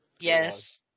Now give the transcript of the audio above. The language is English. Yes